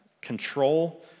control